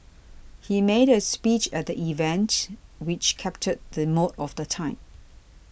he made a speech at the event which captured the mood of the time